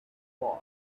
boy